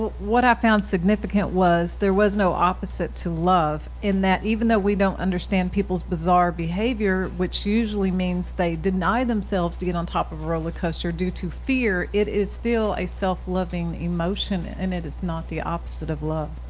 what what i found significant was, there was no opposite to love in that even though we don't understand people's bizarre behavior which usually means they deny themselves to get on top of world like ah so due to fear. it is still a self loving emotion and it is not the opposite of love.